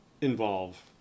involve